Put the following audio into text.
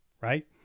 right